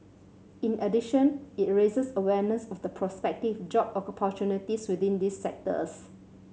in addition it raises awareness of the prospective job opportunities within these sectors